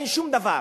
אין שום דבר.